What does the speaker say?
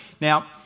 Now